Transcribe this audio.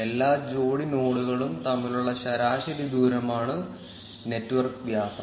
എല്ലാ ജോഡി നോഡുകളും തമ്മിലുള്ള ശരാശരി ദൂരമാണ് നെറ്റ്വർക്ക് വ്യാസം